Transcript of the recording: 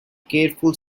careful